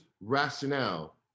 rationale